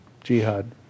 jihad